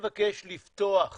אני מבקש לפתוח